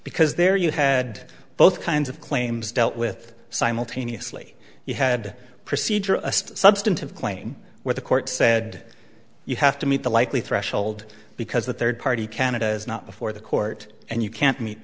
because there you had both kinds of claims dealt with simultaneously you had a procedure a substantive claim where the court said you have to meet the likely threshold because the third party candidate is not before the court and you can't meet